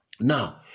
Now